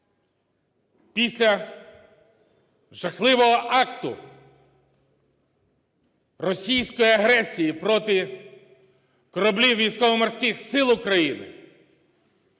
після жахливого акту російської агресії проти кораблів Військово-Морських Сил України,